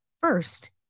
first